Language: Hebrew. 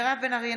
מירב בן ארי,